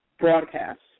broadcasts